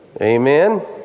Amen